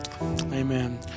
Amen